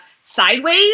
sideways